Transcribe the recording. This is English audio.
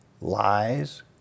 lies